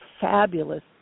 fabulous